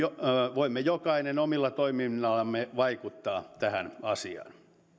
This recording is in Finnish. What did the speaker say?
voimme jokainen omalla toiminnallamme vaikuttaa tähän asiaan